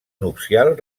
nupcial